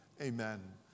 Amen